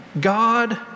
God